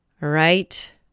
right